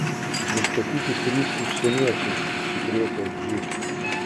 nustatyti trys užsieniečiai užsikrėtę živ